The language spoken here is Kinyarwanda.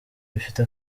bifite